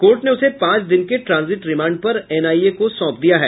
court ने उसे पांच दिन के ट्रांजिट रिमांड पर एनआईए को सौंप दिया है